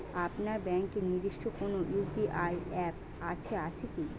আপনার ব্যাংকের নির্দিষ্ট কোনো ইউ.পি.আই অ্যাপ আছে আছে কি?